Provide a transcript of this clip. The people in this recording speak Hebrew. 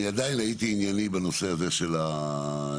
אני עדיין הייתי ענייני בנושא הזה של המטרו.